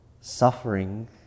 Suffering